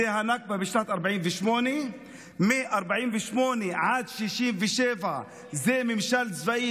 זו הנכבה בשנת 48'; מ-48' עד 67' זה ממשל צבאי